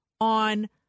on